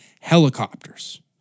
helicopters